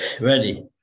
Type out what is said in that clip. ready